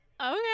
Okay